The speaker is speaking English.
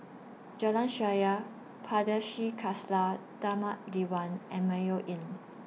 Jalan Shaer Pardesi Khalsa Dharmak Diwan and Mayo Inn